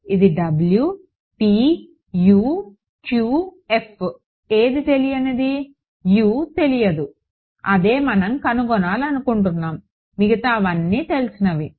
ఇది W p U q f ఏది తెలియనిది U తెలియదు అదే మనం కనుగొనాలనుకుంటున్నాము మిగతావన్నీ తెలిసినవి